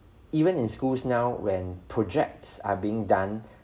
even in schools now when projects are being done